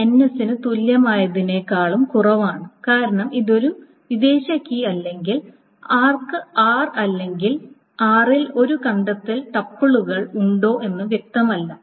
ഇത് ns ന് തുല്യമായതിനേക്കാൾ കുറവാണ് കാരണം ഇത് ഒരു വിദേശ കീ അല്ലെങ്കിൽ ആർക്ക് r അല്ലെങ്കിൽ r ൽ ഒരു കണ്ടെത്തൽ ടപ്പിളുകൾ ഉണ്ടോ എന്ന് വ്യക്തമല്ല